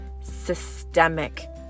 systemic